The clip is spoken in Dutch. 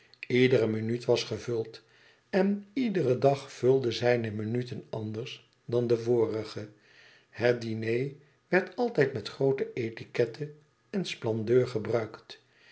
iedere minuut was gevuld en iedere dag vulde zijne minuten anders dan de vorigen het diner werd altijd met groote etiquette en splendeur gebruikt